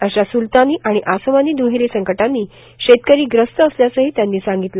अश्या सुलतानी आणि आसमानी दुहेरी संकटांनी शेतकरी ग्रस्त असल्याचंही त्यांनी सांगितलं